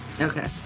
Okay